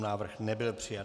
Návrh nebyl přijat.